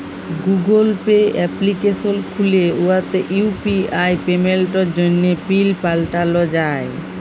Google Pay application খ্যুলে উয়াতে UPI পেমেল্টের জ্যনহে পিল পাল্টাল যায়